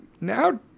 Now